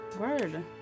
Word